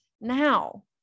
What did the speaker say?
now